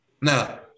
No